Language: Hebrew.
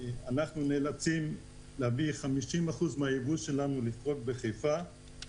לכן אנחנו נאלצים לפרוק 50% מהיבוא שלנו בחיפה,